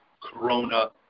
Corona